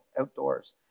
outdoors